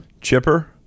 Chipper